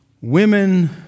Women